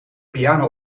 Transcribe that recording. piano